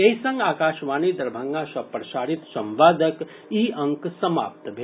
एहि संग आकाशवाणी दरभंगा सँ प्रसारित संवादक ई अंक समाप्त भेल